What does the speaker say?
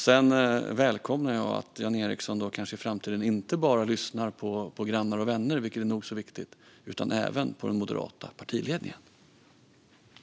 Jag välkomnar om Jan Ericson i framtiden inte bara lyssnar på grannar och vänner, vilket är nog så viktigt, utan även på den moderata partiledningen.